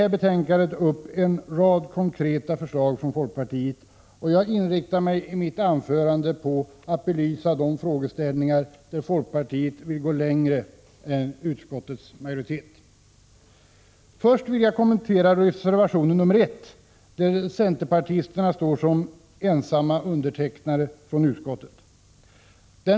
I betänkandet tas upp en rad konkreta förslag från folkpartiet, och jag inriktar mig i mitt anförande på att belysa de frågeställningar där folkpartiet vill gå längre än utskottets majoritet. Först vill jag kommentera reservation nr 1 som centerpartisterna ensamma avgivit.